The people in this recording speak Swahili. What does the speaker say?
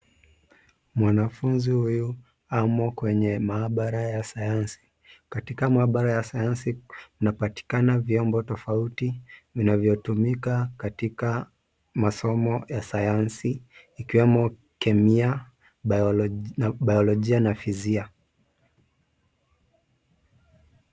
Mwanafunzi huyu amo kwenye maabara ya sayansi. Katika maabara ya sayansi kunapatikana vyombo tofauti vinavyotumika katika masomo ya sayansi, yakiwemo, kemia, biolojia, na phizia.